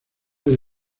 del